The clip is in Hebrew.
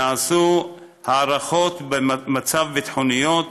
נעשו הערכות מצב ביטחוניות,